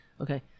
Okay